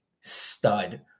stud